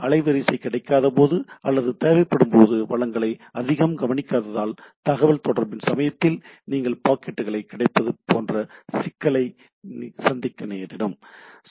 அலைவரிசை கிடைக்காத போது அல்லது தேவைப்படும்போது வளங்களை அதிகம் கவனிக்காததால் தகவல் தொடர்பின் சமயத்தில் நீங்கள் பாக்கெட்டுகளை கிடப்பது போன்ற சிக்கலை சந்திக்க நேரிடும்